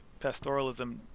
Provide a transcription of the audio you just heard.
pastoralism